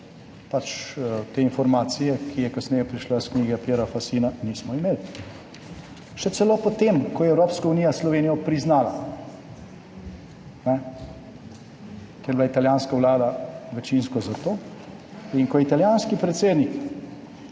da te informacije, ki je kasneje prišla iz knjige Piera Fassina, nismo imeli. Še celo po tem, ko je Evropska unija priznala Slovenijo, ker je bila italijanska vlada večinsko za to, in ko je italijanski predsednik